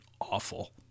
awful